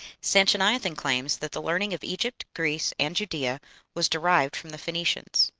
sanchoniathon claims that the learning of egypt, greece, and judaea was derived from the phoenicians.